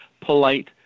polite